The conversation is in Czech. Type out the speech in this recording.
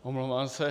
Omlouvám se.